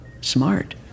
Smart